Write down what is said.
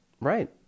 Right